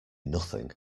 nothing